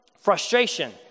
frustration